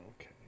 Okay